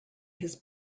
his